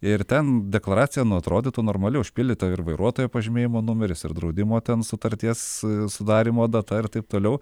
ir ten deklaracija nu atrodytų normali užpildyta ir vairuotojo pažymėjimo numeris ir draudimo ten sutarties sudarymo data ir taip toliau